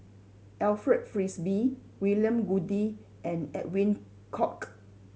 Alfred Frisby William Goode and Edwin Koek